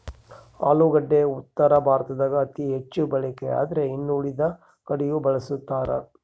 ಆಲೂಗಡ್ಡಿ ಉತ್ತರ ಭಾರತದಾಗ ಅತಿ ಹೆಚ್ಚು ಬಳಕೆಯಾದ್ರೆ ಇನ್ನುಳಿದ ಕಡೆಯೂ ಬಳಸ್ತಾರ